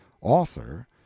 author